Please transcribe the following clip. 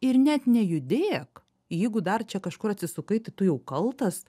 ir net nejudėk jeigu dar čia kažkur atsisukai tai tu jau kaltas